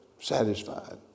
satisfied